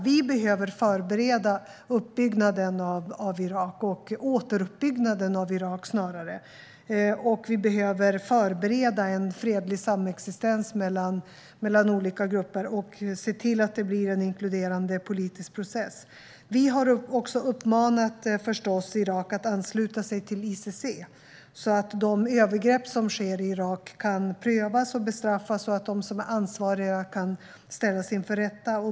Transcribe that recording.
Vi behöver förbereda uppbyggnaden, eller snarare återuppbyggnaden, av Irak. Vi behöver förbereda en fredlig samexistens mellan olika grupper och se till att det blir en inkluderande politisk process. Vi har förstås uppmanat Irak att ansluta sig till ICC så att de övergrepp som sker i Irak kan prövas och bestraffas och att de som är ansvariga kan ställas inför rätta.